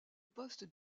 poste